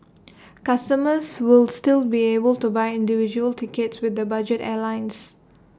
customers will still be able to buy individual tickets with the budget airlines